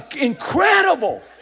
incredible